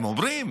הם אומרים,